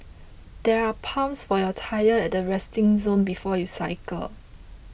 there are pumps for your tyres at the resting zone before you cycle